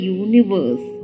universe